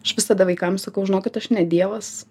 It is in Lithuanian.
aš visada vaikams sakau žinokit aš ne dievas